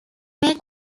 make